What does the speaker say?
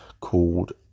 called